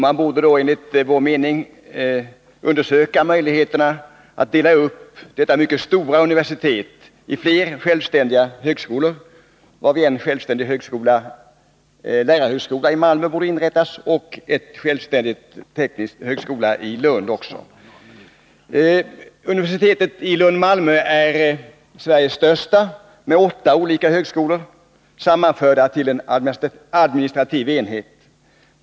Man bör enligt vår mening undersöka möjligheterna att dela upp detta mycket stora universitet i flera självständiga högskolor, varvid en självständig lärarhögskola i Malmö och en självständig teknisk högskola i Lund bör inrättas. Universitetet i Lund/Malmö är landets största, med åtta olika högskolor sammanförda till en administrativ enhet.